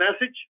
message